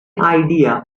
idea